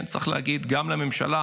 כן, צריך להגיד גם לממשלה.